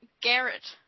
Garrett